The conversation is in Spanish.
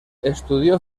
estudió